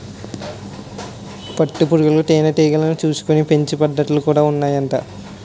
పట్టు పురుగులు తేనె టీగలను చూసుకొని పెంచే పద్ధతులు కూడా ఉన్నాయట